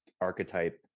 archetype